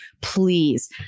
please